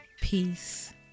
Peace